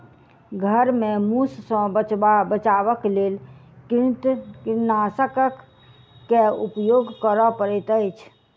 घर में मूस सॅ बचावक लेल कृंतकनाशक के उपयोग करअ पड़ैत अछि